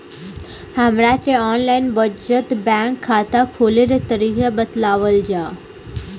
हमरा के online बचत बैंक खाता खोले के तरीका बतावल जाव?